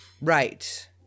Right